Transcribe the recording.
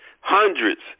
hundreds